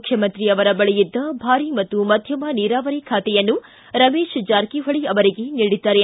ಮುಖ್ಯಮಂತ್ರಿ ಅವರ ಬಳಿ ಇದ್ದ ಭಾರೀ ಮತ್ತು ಮಧ್ಯಮ ನೀರಾವರಿ ಖಾತೆಯನ್ನು ರಮೇಶ್ ಜಾರಕಿಹೊಳಿ ಅವರಿಗೆ ನೀಡಿದ್ದಾರೆ